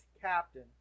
captain